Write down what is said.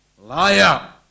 liar